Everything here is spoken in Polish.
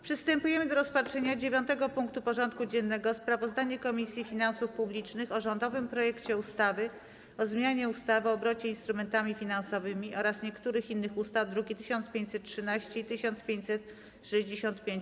Przystępujemy do rozpatrzenia punktu 9. porządku dziennego: Sprawozdanie Komisji Finansów Publicznych o rządowym projekcie ustawy o zmianie ustawy o obrocie instrumentami finansowymi oraz niektórych innych ustaw (druki nr 1513 i 1565)